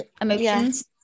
emotions